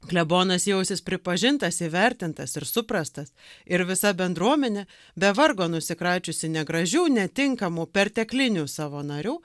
klebonas jausis pripažintas įvertintas ir suprastas ir visa bendruomenė be vargo nusikračiusi negražių netinkamų perteklinių savo narių